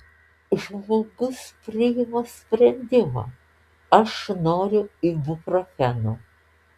žmogus priima sprendimą aš noriu ibuprofeno